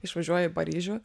išvažiuoja į paryžių